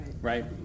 Right